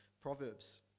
Proverbs